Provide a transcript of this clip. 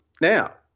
Now